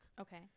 Okay